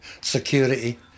security